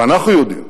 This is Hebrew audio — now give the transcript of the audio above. ואנחנו יודעים